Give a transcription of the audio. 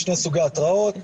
יש שתי סוגי התראות,